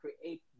create